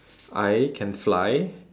I can fly